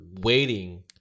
waiting